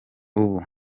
ubu